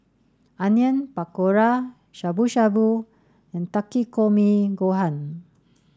Onion Pakora Shabu Shabu and Takikomi Gohan